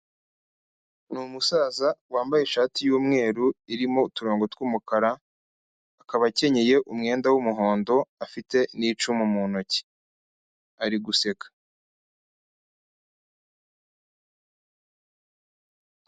Ni umusaza wambaye ishati y'umweru irimo uturongo tw'umukara, akaba akenyeye umwenda w'umuhondo afite n'icumu mu ntoki ari guseka.